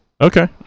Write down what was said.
Okay